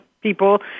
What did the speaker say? people